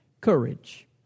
courage